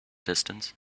distance